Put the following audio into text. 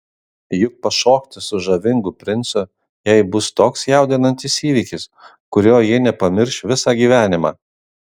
juk pašokti su žavingu princu jai bus toks jaudinantis įvykis kurio ji nepamirš visą gyvenimą